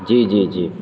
جی جی جی